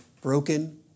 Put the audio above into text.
broken